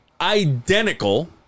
identical